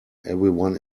everyone